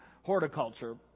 horticulture